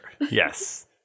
Yes